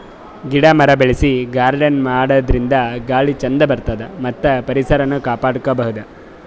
ಗಿಡ ಮರ ಬೆಳಸಿ ಗಾರ್ಡನ್ ಮಾಡದ್ರಿನ್ದ ಗಾಳಿ ಚಂದ್ ಬರ್ತದ್ ಮತ್ತ್ ಪರಿಸರನು ಕಾಪಾಡ್ಕೊಬಹುದ್